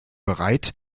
bereit